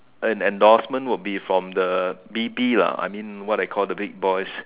and endorsement will be from the B_B lah I mean what I call the big boys